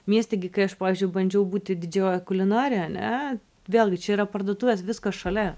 mieste gi kai aš pavyzdžiui bandžiau būti didžioji kulinarė ane vėlgi čia yra parduotuvės viskas šalia